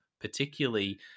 particularly